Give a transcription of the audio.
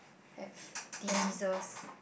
have diseases